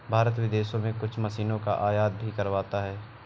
भारत विदेशों से कुछ मशीनों का आयात भी करवाता हैं